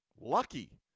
lucky